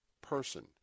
person